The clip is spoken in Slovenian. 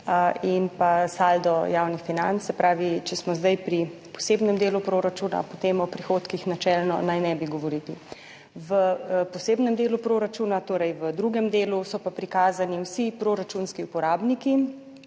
in saldo javnih financ. Se pravi, če smo zdaj pri posebnem delu proračuna, potem o prihodkih načelno naj ne bi govorili. V posebnem delu proračuna, torej v drugem delu, so pa prikazani vsi neposredni proračunski uporabniki